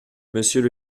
monsieur